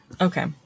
Okay